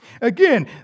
Again